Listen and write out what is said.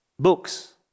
Books